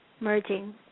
Merging